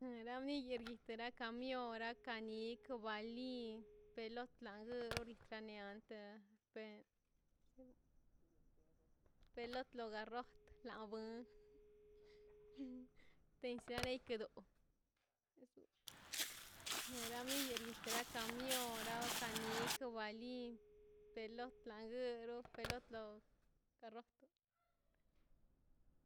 Nira guini wed mioraka ani kwawal lin pelotna lori kanian ten fen pelot lo garrot nabong pensa niekoro nera bieni nikara nakamion na na kanike wali pelot lan guing do pelotdo de rojo